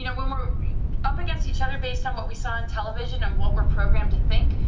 you know when we're up against each other based on what we saw on television and what we're programmed to think,